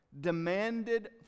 demanded